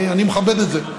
אני מכבד את זה.